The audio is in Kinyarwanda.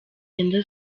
cyenda